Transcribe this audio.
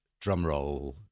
drumroll